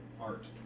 art